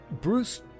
Bruce